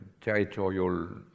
territorial